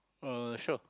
uh sure